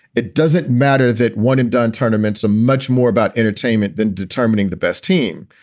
it doesn't matter that one and done tournament's a much more about entertainment than determining the best team.